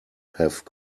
have